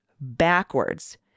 backwards